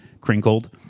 crinkled